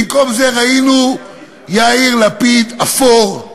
במקום זה ראינו יאיר לפיד אפור,